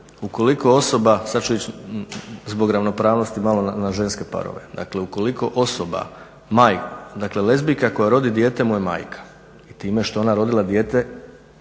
ukoliko osoba, sad ću ići zbog ravnopravnosti malo na ženske parove, ukoliko osoba, majka, dakle lezbijka koja rodi dijete mu je majka i time što je ona rodila dijete